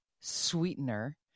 sweetener